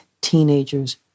teenagers